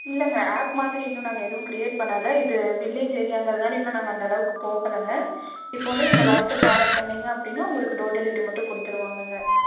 இல்லைங்க ஆப் மாதிரி இன்னும் நாங்கள் எதுவும் க்ரியேட் பண்ணலை இது வில்லேஜ் ஏரியாங்கிறதுனால இன்னும் நாங்கள் அந்தளவுக்கு போகலைங்க இப்போது வந்து நீங்கள் வாட்ஸ்சாப்பில் ஆர்டர் பண்ணுணீங்க அப்படின்னால் உங்களுக்கு டோர் டெலிவரி மட்டும் கொடுத்துருவாங்கங்க